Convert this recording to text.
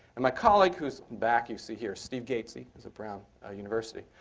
and my colleague whose back you see here, steve gatesy, who's at brown ah university,